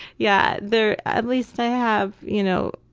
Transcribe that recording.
yeah, they're, at least i have, you know,